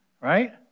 right